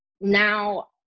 now